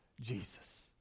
Jesus